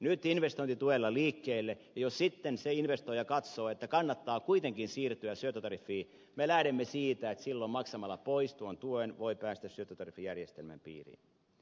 nyt investointituella liikkeelle ja jos sitten se investoija katsoo että kannattaa kuitenkin siirtyä syöttötariffiin me lähdemme siitä että silloin maksamalla pois tuon tuen voi päästä syöttötariffijärjestelmän piiriin